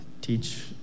teach